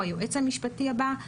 או היועץ המשפטי הבא.